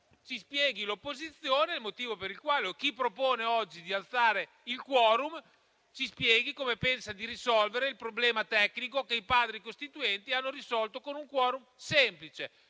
Ci spieghi l'opposizione o chi propone oggi di alzare il *quorum* come pensa di risolvere il problema tecnico che i Padri costituenti hanno risolto con un *quorum* semplice,